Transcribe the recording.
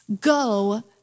Go